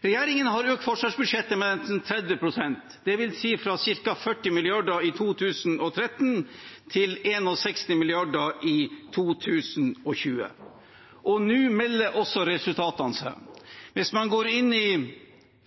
Regjeringen har økt forsvarsbudsjettet med 30 pst., det vil si fra ca. 40 mrd. kr i 2013 til 61 mrd. kr i 2020. Nå melder også resultatene seg. Hvis man går inn i